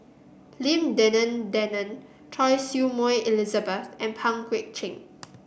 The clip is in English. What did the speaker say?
Lim Denan Denon Choy Su Moi Elizabeth and Pang Guek Cheng